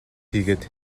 хийгээд